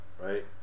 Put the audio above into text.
right